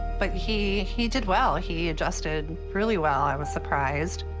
but he he did well, he adjusted really well. i was surprised.